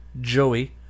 Joey